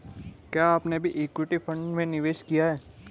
क्या आपने भी इक्विटी फ़ंड में निवेश किया है?